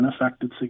affected